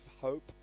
hope